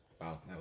Wow